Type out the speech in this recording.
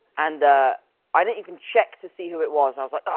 and i didn't even check to see who it was. i was like,